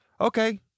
Okay